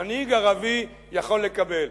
שמנהיג ערבי יכול לקבל.